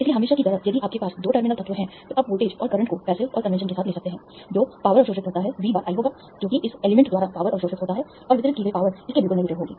इसलिए हमेशा की तरह यदि आपके पास 2 टर्मिनल तत्व हैं तो आप वोल्टेज और करंट को पैसिव्स और कन्वेंशन के साथ लेते हैं जो पावर अवशोषित करता है V बार i होगा जो कि इस एलिमेंट द्वारा पावर अवशोषित होता है और वितरित की गई पावर इसके बिल्कुल नेगेटिव होगी